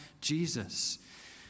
Jesus